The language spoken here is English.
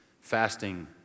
fasting